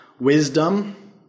wisdom